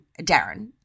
Darren